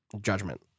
Judgment